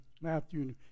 Matthew